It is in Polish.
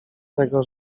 tego